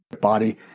body